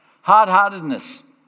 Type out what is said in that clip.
Hard-heartedness